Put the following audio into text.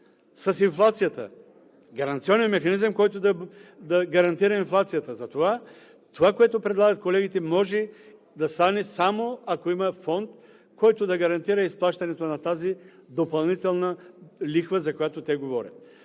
с инфлацията – гаранционен механизъм, който да гарантира инфлацията. Затова, това, което предлагат колегите, може да стане, само ако има фонд, който да гарантира изплащането на тази допълнителна лихва, за която те говорят.